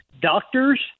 doctors